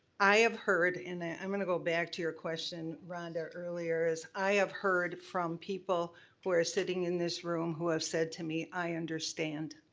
i have heard, and ah i'm gonna go back to your question, rhonda, earlier, is i have heard from people who are sitting in this room who have said to me, i understand.